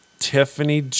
Tiffany